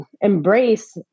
embrace